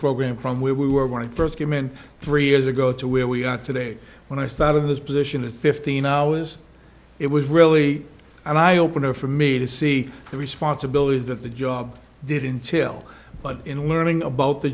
program from where we were when i first came in three years ago to where we are today when i started this position in fifteen hours it was really an eye opener for me to see the responsibilities that the job did intil but in learning about the